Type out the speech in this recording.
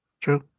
True